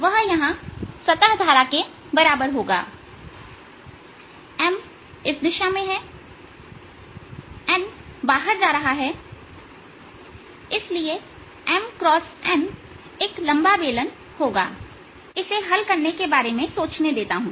वह यहां सतह धारा के बराबर होगी M इस दिशा में है n बाहर जा रही है इसलिए M X n एक लंबा बेलन होगा मैं आपको इसे हल करने के बारे में सोचने देता हूं